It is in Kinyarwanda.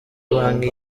banki